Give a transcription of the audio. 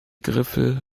griffel